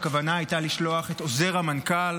הכוונה הייתה לשלוח את עוזר המנכ"ל